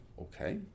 Okay